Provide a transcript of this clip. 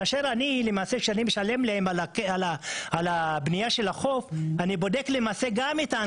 כשאני משלם להם על הבנייה של החוף אני בודק להם גם את ההנגשה.